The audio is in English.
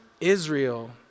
Israel